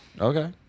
Okay